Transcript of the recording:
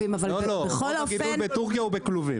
הגידול בטורקיה הוא בכלובים.